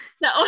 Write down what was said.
no